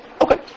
Okay